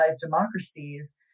democracies